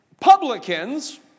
Publicans